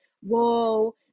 whoa